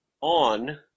on